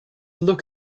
look